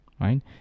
right